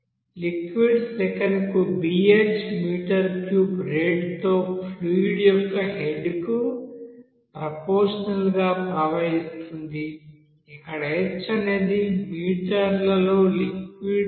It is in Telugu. లిక్విడ్ సెకనుకు bh మీటర్ క్యూబ్ రేట్ తో ఫ్లూయిడ్ యొక్క హెడ్ కు ప్రపోర్సినల్ గా ప్రవహిస్తుంది ఇక్కడ h అనేది మీటర్లలో లిక్విడ్ ఎత్తు